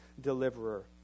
deliverer